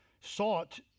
sought